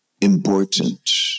important